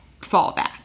fallback